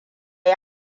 yi